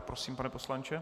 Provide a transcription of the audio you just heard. Prosím, pane poslanče.